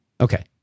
Okay